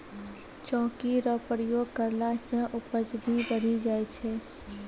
चौकी रो प्रयोग करला से उपज भी बढ़ी जाय छै